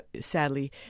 sadly